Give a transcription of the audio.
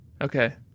Okay